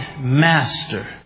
master